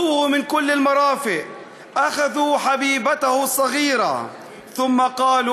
לקחו את מזונו ובגדיו ודגליו וזרקו